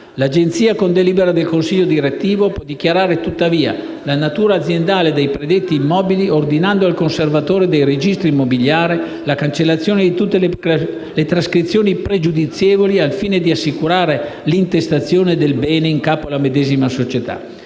L'Agenzia, con delibera del consiglio direttivo può dichiarare, tuttavia, la natura aziendale dei predetti immobili, ordinando al conservatore dei registri immobiliari la cancellazione di tutte le trascrizioni pregiudizievoli al fine di assicurare l'intestazione del bene in capo alla medesima società.